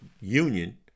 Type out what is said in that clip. union